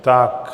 Tak.